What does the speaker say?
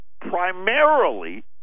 Primarily